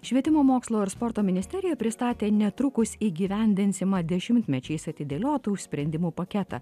švietimo mokslo ir sporto ministerija pristatė netrukus įgyvendinsimą dešimtmečiais atidėliotų sprendimų paketą